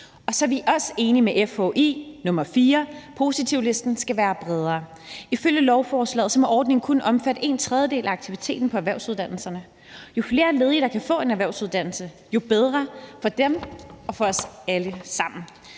det fjerde også enige med FH i, at positivlisten skal være bredere. Ifølge lovforslaget må ordningen kun omfatte en tredjedel af aktiviteten på erhvervsuddannelserne. Jo flere ledige, der kan få en erhvervsuddannelse, jo bedre for dem og for os alle sammen.